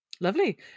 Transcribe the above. Lovely